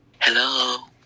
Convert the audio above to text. Hello